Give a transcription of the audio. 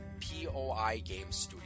POIGamestudio